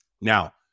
Now